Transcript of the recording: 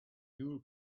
fuel